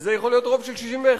וזה יכול להיות רוב של 61,